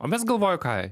o mes galvoju ką